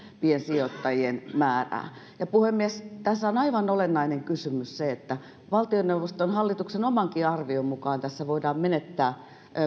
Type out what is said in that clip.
piensijoittajien määrää puhemies tässä on aivan olennainen kysymys se että valtioneuvoston hallituksen omankin arvion mukaan tässä voidaan menettää